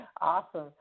Awesome